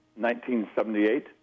1978